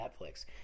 Netflix